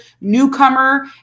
newcomer